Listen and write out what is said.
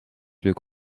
leuk